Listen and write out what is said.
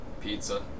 Pizza